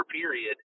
period